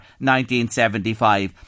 1975